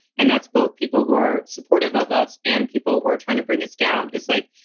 and that's both people who are supportive of us and people who are trying to bring us down. it's like,